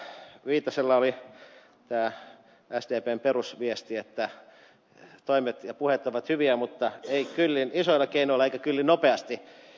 viitasella oli tämä sdpn perusviesti että toimet ja puheet ovat hyviä mutta ei kyllin isoilla keinoilla eikä kyllin nopeasti